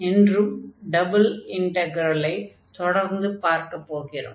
இன்றும் டபுள் இன்டக்ரலை தொடர்ந்து பார்க்கப் போகிறோம்